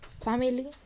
family